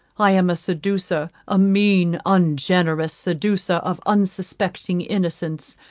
i am a seducer, a mean, ungenerous seducer of unsuspecting innocence.